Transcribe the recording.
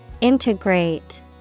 Integrate